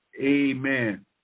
Amen